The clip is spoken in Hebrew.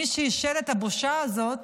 מי שאישר את הבושה הזאת